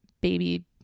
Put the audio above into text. baby